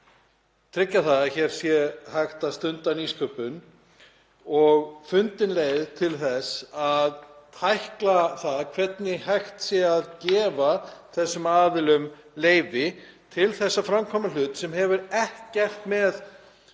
tryggja það að hér sé hægt að stunda nýsköpun og fundin leið til þess að tækla það hvernig hægt sé að gefa þessum aðilum leyfi til að framkvæma hlut sem hefur ekkert með